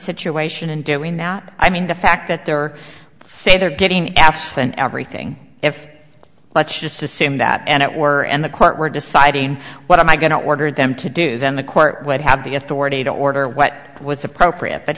situation and do we not i mean the fact that there are say they're getting absent everything if let's just assume that and it were and the court were deciding what am i going to order them to do then the court would have the authority to order what was appropriate but